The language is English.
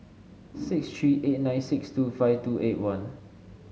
six three eight nine six two five two eight one